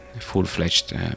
full-fledged